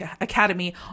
Academy